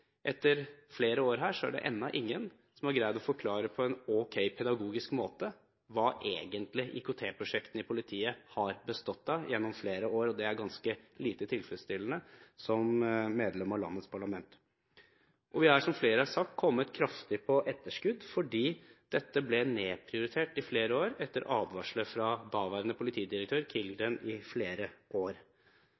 Etter flere år her er det ennå ingen som har greid å forklare på en ok pedagogisk måte hva IKT-prosjektene i politiet egentlig har bestått av, og det er ganske lite tilfredsstillende for et medlem av landets parlament. Vi har, som flere har sagt, kommet kraftig på etterskudd fordi dette ble nedprioritert i flere år – etter advarsler fra daværende politidirektør